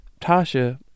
tasha